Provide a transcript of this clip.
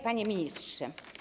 Panie Ministrze!